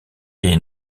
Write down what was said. est